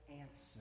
answer